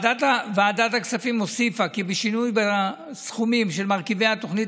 ועדת הכספים הוסיפה כי בשינוי בסכומים של מרכיבי התוכנית